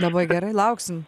labai gerai lauksim